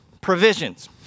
Provisions